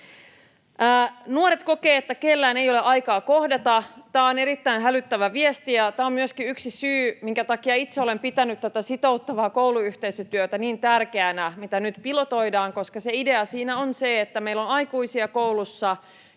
Nuoret kokevat, että kellään ei ole aikaa kohdata. Tämä on erittäin hälyttävä viesti, ja tämä on myöskin yksi syy, minkä takia itse olen pitänyt tätä sitouttavaa kouluyhteisötyötä, mitä nyt pilotoidaan, niin tärkeänä, koska se idea siinä on se, että meillä on koulussa